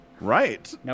Right